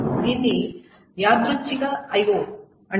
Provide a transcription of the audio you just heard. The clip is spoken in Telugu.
దీన్ని యాదృచ్ఛిక IO అంటారు